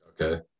Okay